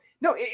no